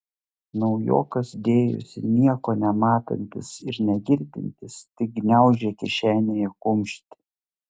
naujokas dėjosi nieko nematantis ir negirdintis tik gniaužė kišenėje kumštį